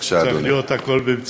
הכול צריך להיות בצמצום.